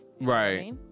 right